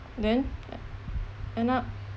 then end up